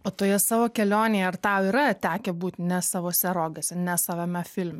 o toje savo kelionėje ar tau yra tekę būt ne savose rogėse ne savame filme